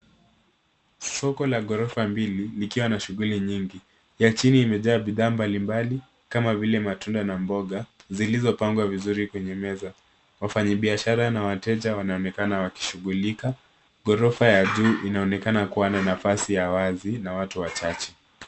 Soko la ghorofa mbili likiwa na shughuli nyingi, ya chini imejaa bidhaa mbalimbali kama vile matunda na mboga zilizopangwa vizuri kwenye meza. Wafanyibiashara na wateja wanaonekana wakishughulika. Ghorofa ya juu inaonekana kuwa na nafasi ya wazi na watu wachache.